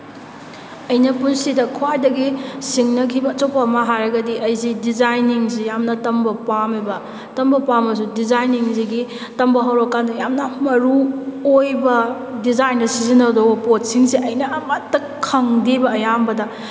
ꯑꯩꯅ ꯄꯨꯟꯁꯤꯗ ꯈ꯭ꯋꯥꯏꯗꯒꯤ ꯁꯤꯡꯅꯈꯤꯕ ꯑꯆꯣꯞꯄ ꯑꯃ ꯍꯥꯏꯔꯒꯗꯤ ꯑꯩꯁꯤ ꯗꯤꯖꯥꯏꯅꯤꯡꯁꯤ ꯌꯥꯝꯅ ꯇꯝꯕ ꯄꯥꯝꯃꯦꯕ ꯇꯝꯕ ꯄꯥꯝꯃꯁꯨ ꯗꯤꯖꯥꯏꯟꯁꯤꯒꯤ ꯇꯝꯕ ꯍꯧꯔꯛꯀꯥꯟꯗ ꯌꯥꯝꯅ ꯃꯔꯨꯑꯣꯏꯕ ꯗꯤꯖꯥꯏꯟꯗ ꯁꯤꯖꯤꯟꯅꯗꯧꯕ ꯄꯣꯠꯁꯤꯡꯁꯦ ꯑꯩꯅ ꯑꯃꯠꯇ ꯈꯪꯗꯦꯕ ꯑꯌꯥꯝꯕꯅ